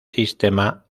sistema